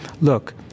look